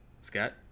Scott